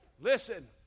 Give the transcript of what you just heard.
Listen